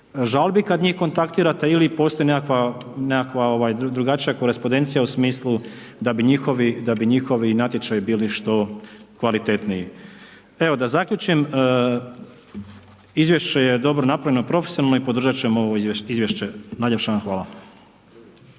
žalbi kad njih kontaktirate ili postoji nekakva drugačija korespondencija u smislu da bi njihovi natječaji bili što kvalitetniji? Evo, da zaključim, izvješće je dobro napravljeno, profesionalni i podržat ćemo ovo izvješće. Najljepša vam hvala.